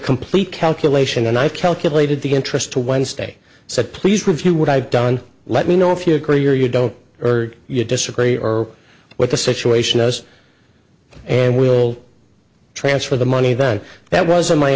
complete calculation and i calculated the interest to wednesday said please review what i've done let me know if you agree or you don't or you disagree or what the situation is and we'll transfer the money than that was on my